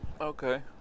okay